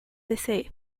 desee